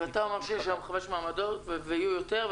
אז אתה אומר שיש היום חמש מעבדות ויהיו יותר,